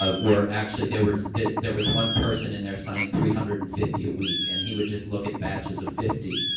ah, were actually there was there was one person in there, signing three hundred and fifty a week, and he would just look at batches of fifty,